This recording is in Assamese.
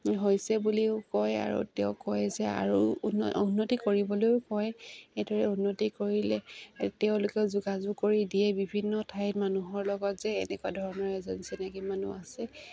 হৈছে বুলিও কয় আৰু তেওঁ কয় যে আৰু উন্নতি কৰিবলৈও কয় এইদৰে উন্নতি কৰিলে তেওঁলোকে যোগাযোগ কৰি দিয়ে বিভিন্ন ঠাইত মানুহৰ লগত যে এনেকুৱা ধৰণৰ মানুহ আছে